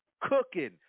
cooking